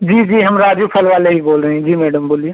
जी जी हम राजू फल वाले ही बोल रहे हैं जी मैडम बोलिए